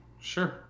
sure